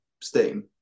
steam